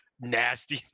nasty